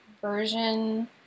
version